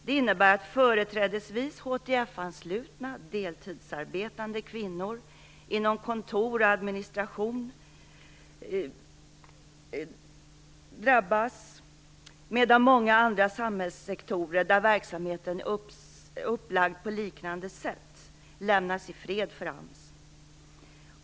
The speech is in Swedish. Det innebär att företrädesvis HTF-anslutna, deltidsarbetande kvinnor inom kontor och administration, drabbas medan många samhällssektorer där verksamheten är upplagd på liknande sätt lämnas i fred av AMS.